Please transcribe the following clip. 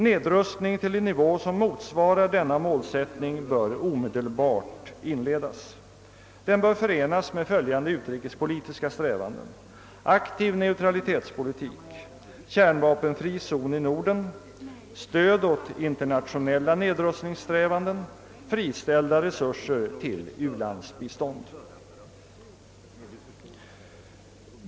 Nedrustning till en nivå som motsvarar denna målsättning bör omedelbart inledas. Den bör förenas med följande utrikespolitiska strävanden: aktiv neutralitetspolitik, kärnvapenfri zon i Norden, stöd åt internationella nedrustningssträvanden, friställda resurser till u-landsbistånd.